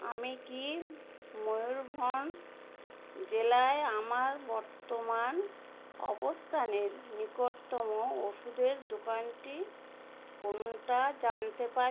আমি কি ময়ূরভঞ্জ জেলায় আমার বর্তমান অবস্তানের নিকটতম ওষুধের দোকানটি কোনটা জানতে পারি